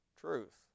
truth